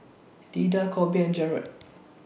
Lida Kolby and Jarod